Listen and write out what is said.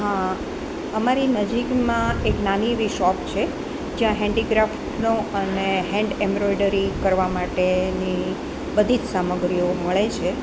હા અમારી નજીકમાં એક નાની એવી શોપ છે જ્યાં હેન્ડીક્રાફ્ટનો અને હેન્ડ એમરોઈડરી કરવા માટેની બધી જ સામગ્રીઓ મળે છે